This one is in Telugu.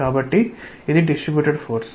కాబట్టి ఇది డిస్ట్రీబ్యుటెడ్ ఫోర్స్